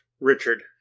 Richard